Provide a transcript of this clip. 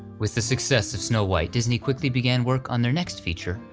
with the success of snow white, disney quickly began work on their next feature,